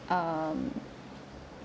um